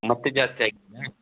ಮತ್ತೆ ಜಾಸ್ತಿ ಆಗಿದೆಯಾ